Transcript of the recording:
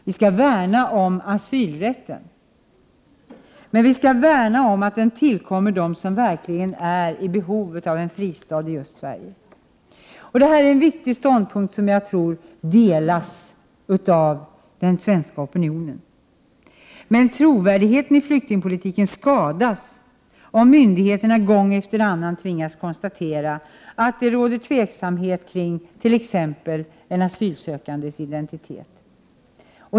Vi skall värna om asylrätten, så att den tillkommer dem som verkligen är i behov av en fristad i just Sverige. Detta är en viktig ståndpunkt som jag tror delas av den svenska opinionen. Men trovärdigheten i flyktingpolitiken skadas, om myndigheterna gång efter annan tvingas konstatera att det råder osäkerhet om t.ex. en asylsökandes identitet.